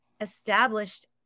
established